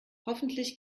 hoffentlich